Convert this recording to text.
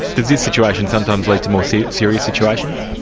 does this situation sometimes lead to more so serious situations?